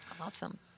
Awesome